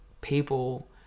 people